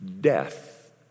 death